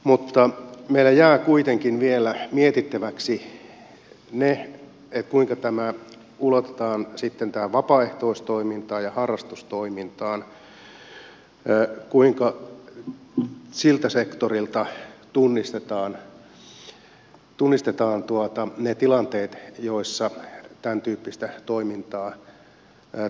mutta meillä jää kuitenkin vielä mietittäväksi kuinka tämä ulotetaan sitten vapaaehtoistoimintaan ja harrastustoimintaan kuinka siltä sektorilta tunnistetaan ne tilanteet joissa tämäntyyppistä toimintaa tapahtuu